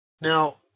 Now